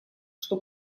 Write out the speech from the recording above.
что